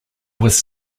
was